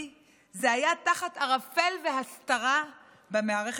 זה היה תחת ערפל והסתרה במערכת הבחירות.